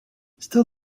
still